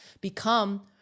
become